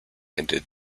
ended